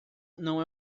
não